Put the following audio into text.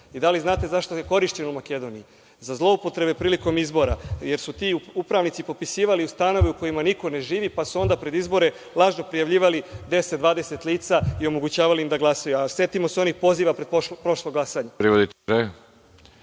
I da li znate zašto je korišćen u Makedoniji? Za zloupotrebe prilikom izbora, jer su ti upravnici popisivali stanove u kojima niko ne živi, pa su onda pred izbore lažno prijavljivali 10, 20 lica i omogućavali im da glasaju. A setimo se onih poziva pred prošlo glasanje...